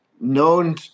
known